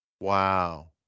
Wow